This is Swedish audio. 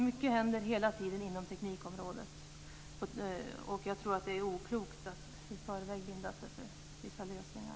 Mycket händer hela tiden inom teknikområdet, och jag tror att det är oklokt att i förväg binda sig för vissa lösningar.